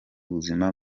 buzima